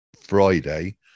Friday